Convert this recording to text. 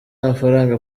amafaranga